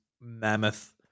mammoth